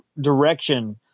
direction